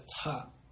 top